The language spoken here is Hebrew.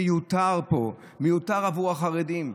חוק השירות האזרחי מיותר פה, מיותר עבור החרדים.